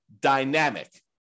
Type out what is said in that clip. dynamic